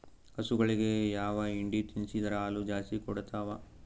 ಹಸುಗಳಿಗೆ ಯಾವ ಹಿಂಡಿ ತಿನ್ಸಿದರ ಹಾಲು ಜಾಸ್ತಿ ಕೊಡತಾವಾ?